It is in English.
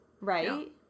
right